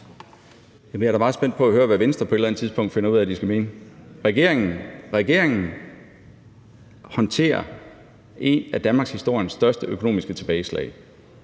Jeg er da meget spændt på at høre, hvad Venstre på et eller andet tidspunkt finder ud af de skal mene. Regeringen håndterer et af danmarkshistoriens største økonomiske tilbageslag.